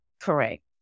Correct